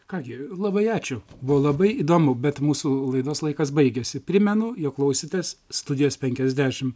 ką gi labai ačiū buvo labai įdomu bet mūsų laidos laikas baigiasi primenu jog klausėtės studijos penkiasdešimt